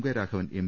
K Raghavan M